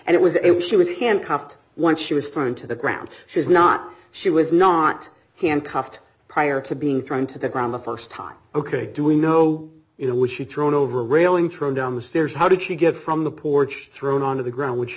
and it was a she was handcuffed once she was thrown into the ground she is not she was not handcuffed prior to being thrown to the ground the st time ok do we know you know was she thrown over a railing thrown down the stairs how did she get from the porch thrown onto the ground which